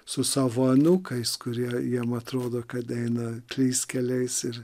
su savo anūkais kurie jiem atrodo kad eina klystkeliais ir